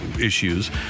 issues